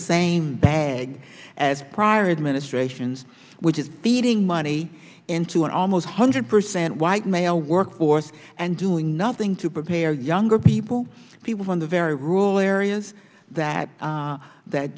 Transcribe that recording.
same bag as prior administrations which is feeding money into an almost hundred percent white male workforce and doing nothing to prepare younger people people in the very rural areas that that